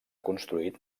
construït